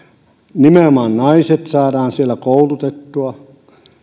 nimenomaan naiset saadaan siellä koulutettua